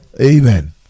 Amen